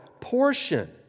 portion